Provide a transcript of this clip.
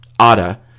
Ada